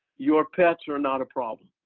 your pets are not a problem.